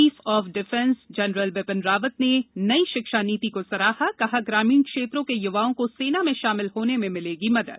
chief of defence general Vipin Rawat ने नई शिक्षा नीति को सराहा कहा ग्रामीण क्षेत्रों के युवाओं को सेना में शामिल होने में मिलेगी मदद